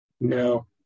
No